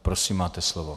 Prosím, máte slovo.